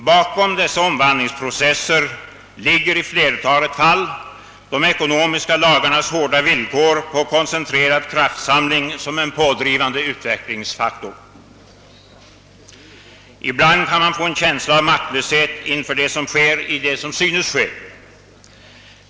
Bakom dessa omvandlingsprocesser ligger i flertalet fall de ekonomiska lagarnas hårda krav på koncentrerad kraftsamling som en pådrivande utvecklingsfaktor. Ibland kan man få en känsla av maktlöshet inför det som sker i det som synes ske.